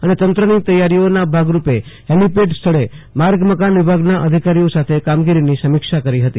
અને તંત્રની તૈયારીઓના ભાગરૂપે હેલીપેડ સ્થળે માર્ગ મકાન વિભાગના અધિકારીઓ સાથે કામગીરીની સમીક્ષા કરી હતી